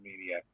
media